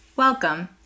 Welcome